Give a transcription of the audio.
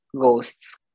ghosts